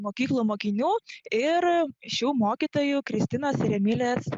mokyklų mokinių ir šių mokytojų kristinos ir emilės